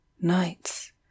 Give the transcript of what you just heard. nights